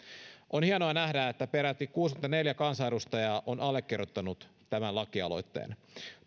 on hienoa nähdä että peräti kuusikymmentäneljä kansanedustajaa on allekirjoittanut tämän lakialoitteen tuen